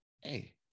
Hey